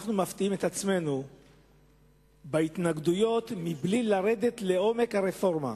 אנחנו מפתיעים את עצמנו בהתנגדויות בלי לרדת לעומק הרפורמה.